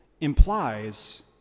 implies